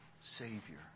Savior